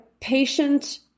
patient